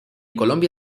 colombia